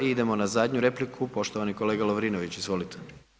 I idemo na zadnju repliku, poštovani kolega Lovrinović, izvolite.